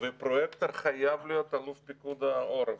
והפרויקטור חייב להיות אלוף פיקוד העורף.